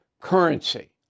currency